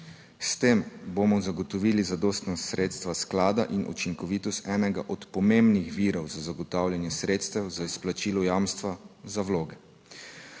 S tem bomo zagotovili zadostna sredstva sklada in učinkovitost enega od pomembnih virov za zagotavljanje sredstev za izplačilo jamstva za vloge.